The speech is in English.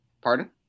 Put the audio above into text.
Pardon